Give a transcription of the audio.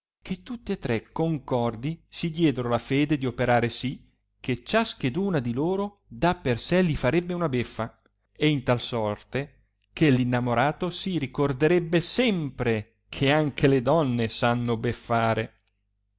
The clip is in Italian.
che tutte ire concordi si dierono la fede di operare sì che ciascheduna di loro da per sé li farebbe una beffa e di tal sorte che l innamorato si ricorderebbe sempre che anche le donne sanno beffare